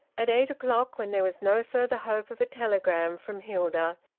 at eight o'clock, when there was no further hope of a telegram from hilda,